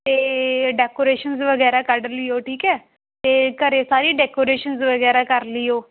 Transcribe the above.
ਅਤੇ ਡੈਕੋਰੇਸ਼ਨਸ ਵਗੈਰਾ ਕੱਢ ਲਈਓ ਠੀਕ ਹੈ ਅਤੇ ਘਰ ਸਾਰੀ ਡੈਕੋਰੇਸ਼ਨ ਵਗੈਰਾ ਕਰ ਲਈਓ